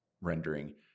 rendering